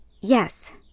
Yes